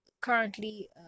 currently